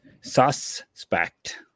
suspect